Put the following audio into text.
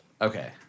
Okay